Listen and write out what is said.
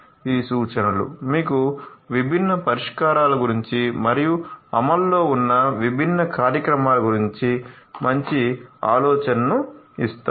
ఈ సూచనలు మీకు విభిన్న పరిష్కారాల గురించి మరియు అమలులో ఉన్న విభిన్న కార్యక్రమాల గురించి మంచి ఆలోచనను ఇస్తాయి